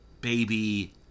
Baby